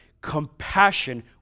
Compassion